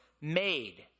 made